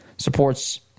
Supports